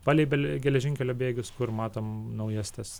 palei bele geležinkelio bėgius kur matom naujas tas